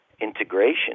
integration